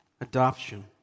adoption